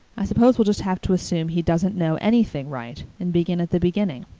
i suppose we'll just have to assume he doesn't know anything right and begin at the beginning.